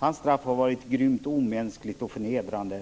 Hans straff har varit grymt, omänskligt och förnedrande.